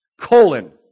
colon